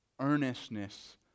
earnestness